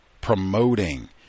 promoting